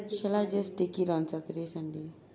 shall I just take it on saturday sunday